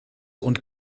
und